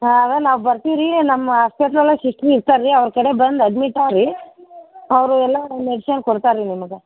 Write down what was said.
ಆಗ ನಾವು ಬರ್ತೀವಿ ರೀ ನಮ್ಮ ಆಸ್ಪೆಟ್ಲ್ ಒಳಗೆ ಸಿಸ್ಟ್ರ್ ಇರ್ತಾರೆ ರೀ ಅವ್ರು ಕಡೆ ಬಂದು ಅಡ್ಮಿಟ್ ಆಗ್ರೀ ಅವರು ಎಲ್ಲ ಮೆಡಿಶನ್ ಕೊಡ್ತಾರೆ ರೀ ನಿಮಗೆ